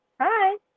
Hi